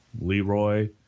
Leroy